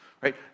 right